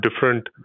different